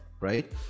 Right